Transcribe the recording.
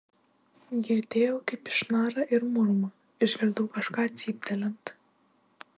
girdėjau kaip ji šnara ir murma išgirdau kažką cyptelint